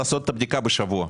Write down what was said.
לעשות את הבדיקה בשבוע.